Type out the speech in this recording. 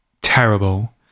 terrible